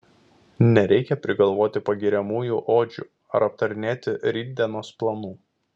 nereikia prigalvoti pagiriamųjų odžių ar aptarinėti rytdienos planų